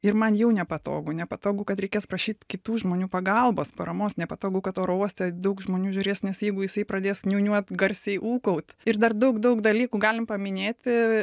ir man jau nepatogu nepatogu kad reikės prašyt kitų žmonių pagalbos paramos nepatogu kad oro uoste daug žmonių žiūrės nes jeigu jisai pradės niūniuot garsiai ūkaut ir dar daug daug dalykų galim paminėti